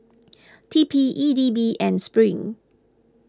T P E D B and Spring